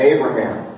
Abraham